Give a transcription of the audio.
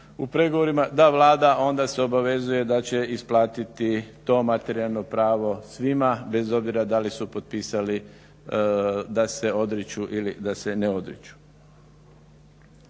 u pregovorima da Vlada onda se obavezuje da će isplatiti to materijalno pravo svima, bez obzira da li su potpisali da se odriču ili da se ne odriču.